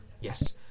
Yes